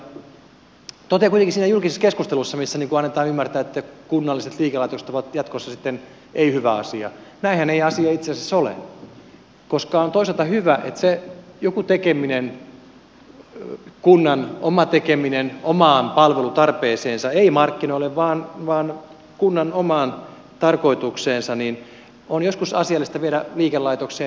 totean kuitenkin siitä julkisesta keskustelusta missä annetaan ymmärtää että kunnalliset liikelaitokset ovat jatkossa sitten ei hyvä asia että näinhän ei asia itse asiassa ole koska on toisaalta joskus asiallista kunnan oma tekeminen omaan palvelutarpeeseensa ei markkinoille vaan kunnan omaan tarkoitukseen viedä liikelaitokseen